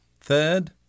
Third